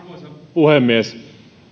puhemies